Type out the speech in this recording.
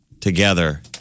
together